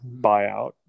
buyout